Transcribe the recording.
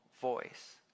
voice